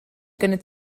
kunnen